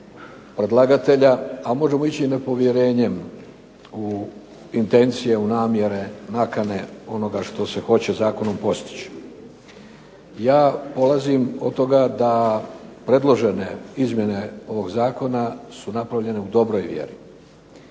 predlagatelja, a možemo ići i na povjerenje u intencije, u namjere, nakane onoga što se hoće zakonom postići. Ja polazim od toga da predložene izmjene ovog zakona su napravljene u dobroj vjeri